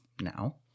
now